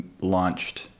launched